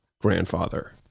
grandfather